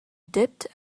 dipped